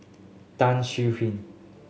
Tan Swie Hian